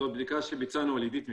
זאת בדיקה שביצענו על עידית מקודם,